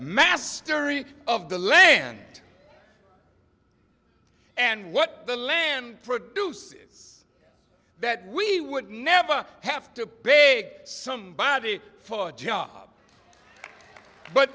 mastery of the land and what the land produces that we would never have to dig somebody for a job but